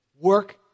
Work